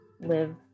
live